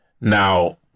now